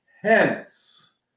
Hence